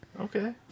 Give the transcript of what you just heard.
Okay